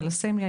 תלסמיה,